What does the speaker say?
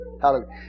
Hallelujah